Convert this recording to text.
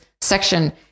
section